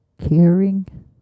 caring